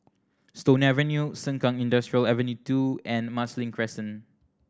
Stone Avenue Sengkang Industrial Avenue Two and Marsiling Crescent